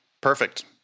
Perfect